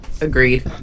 agreed